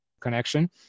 connection